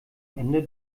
ende